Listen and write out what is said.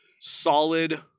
solid